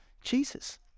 Jesus